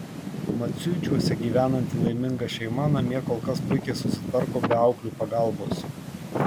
maciuičiuose gyvenanti laiminga šeima namie kol kas puikiai susitvarko be auklių pagalbos